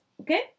okay